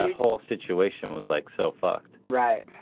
and whole situation was like so fucked, right?